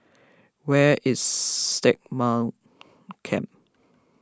where is Stagmont Camp